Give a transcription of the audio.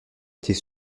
était